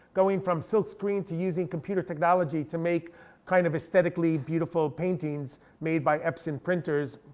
going from silkscreen to using computer technology to make kind of aesthetically beautiful paintings made by epson printers.